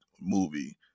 movie